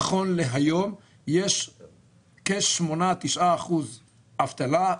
נכון להיום יש כ-9%-8% אבטלה.